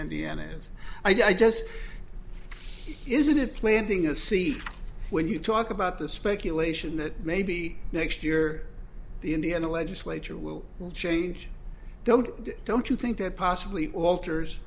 indiana and i just isn't planting a c when you talk about the speculation that maybe next year the indiana legislature will change though don't you think that possibly alters